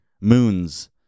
moons